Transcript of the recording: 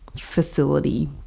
facility